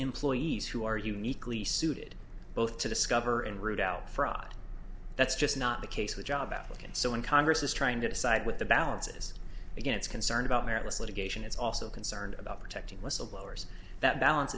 employees who are uniquely suited both to discover and root out fraud that's just not the case the job outlook and so when congress is trying to decide with the balances again it's concern about meritless litigation it's also concerned about protecting whistleblowers that balance